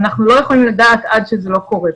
אנחנו לא יכולים לדעת עד שזה לא קורה.